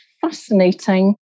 fascinating